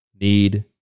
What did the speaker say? need